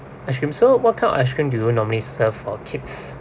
ice cream so what kind of ice cream you would normally serve for kids